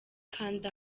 kanda